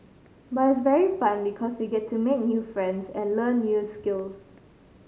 but it's very fun because we get to make new friends and learn new skills